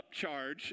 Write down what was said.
upcharge